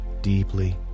deeply